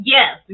Yes